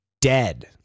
dead